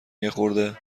یخورده